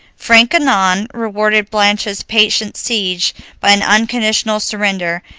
frank annon rewarded blanche's patient siege by an unconditional surrender,